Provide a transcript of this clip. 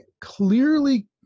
clearly